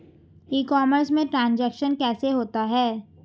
ई commerce में transaction कैसे होता है?